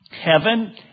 heaven